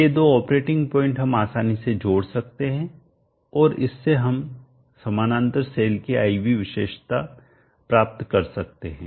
ये दो ऑपरेटिंग बिंदु हम आसानी से जोड़ सकते हैं और इससे हम समानांतर सेल की I V विशेषता प्राप्त कर सकते हैं